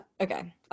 okay